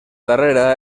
darrera